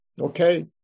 okay